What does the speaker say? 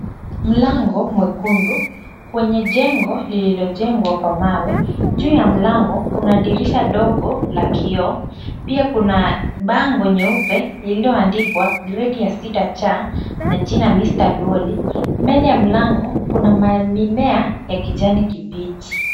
Mlango mwekundu kwenye jengo lililojengwa kwa mawe. Juu ya mlango kuna dirisha dogo la kioo pia kuna bango nyeupe ililoandikwa gredi ya sita C na jina Mr . Lwoli. Mbele ya mlango kuna mimea ya kijani kibichi.